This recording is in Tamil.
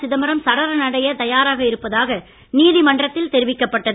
சிதம்பரம் சரண் அடையத் தயாராயிருப்பதாக நீதிமன்றத்தில் தெரிவிக்கப்பட்டது